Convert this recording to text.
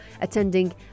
attending